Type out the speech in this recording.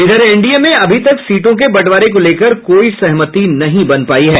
इधर एनडीए में अभी तक सीटों के बंटवारे को लेकर कोई सहमति नहीं बन पायी है